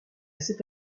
cette